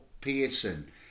Pearson